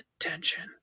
attention